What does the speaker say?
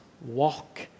walk